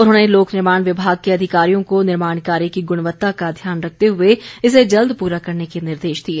उन्होंने लोक निर्माण विभाग के अधिकारियों को निर्माण कार्य की गुणवत्ता का ध्यान रखते हुए इसे जल्द प्ररा करने के निर्देश दिए